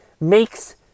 makes